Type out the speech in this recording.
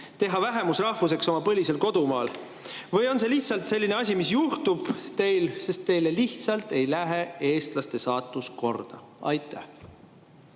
teha vähemusrahvuseks oma põlisel kodumaal või on see lihtsalt selline asi, mis teil juhtub, sest teile ei lähe eestlaste saatus korda? Ei